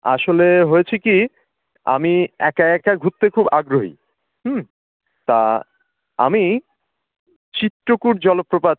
আসলে হয়েছে কী আমি একা একা ঘুরতে খুব আগ্রহী হুম তা আমি চিত্রকূট জলপ্রপাত